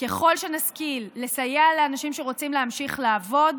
ככל שנשכיל לסייע לאנשים שרוצים להמשיך לעבוד